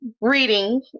reading